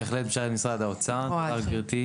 אני בהחלט משרת במשרד האוצר גברתי.